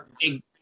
Big